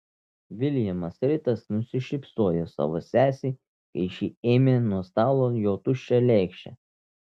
viljamas ritas nusišypsojo savo sesei kai ši ėmė nuo stalo jo tuščią lėkštę